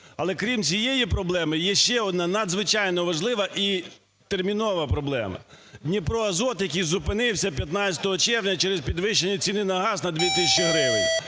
Але, крім цієї проблеми, є ще одна надзвичайно важлива і термінова проблема - "Дніпроазот", який зупинився 15 червня через підвищення ціни на газ на 2 тисяч гривень.